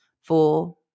four